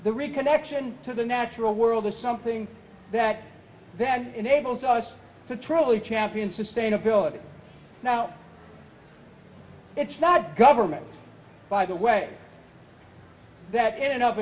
the reconnection to the natural world is something that then enables us to truly champion sustainability now it's not government by the way that en